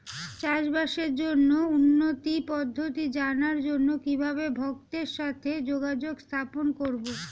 চাষবাসের জন্য উন্নতি পদ্ধতি জানার জন্য কিভাবে ভক্তের সাথে যোগাযোগ স্থাপন করব?